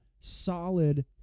solid